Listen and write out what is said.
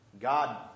God